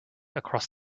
across